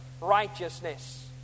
righteousness